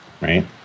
right